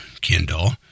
Kindle